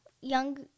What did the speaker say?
young